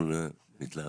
אנחנו חוזרים